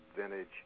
vintage